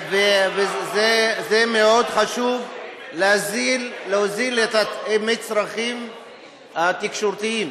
מאוד חשוב להוזיל את המצרכים התקשורתיים